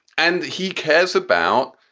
and he cares about,